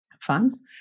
funds